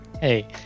Hey